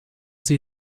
sie